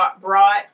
brought